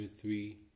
three